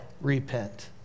repent